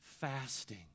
Fasting